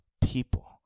people